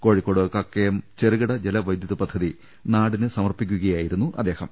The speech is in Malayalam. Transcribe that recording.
കോഴിക്കോട് കക്കയം ചെറുകിട ജലവൈദ്യുത പദ്ധതി നാടിന് സമർപ്പിക്കുകയായിരുന്നു അദ്ദേഹം